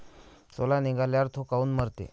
सोला निघाल्यावर थो काऊन मरते?